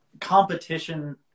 competition